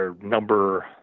number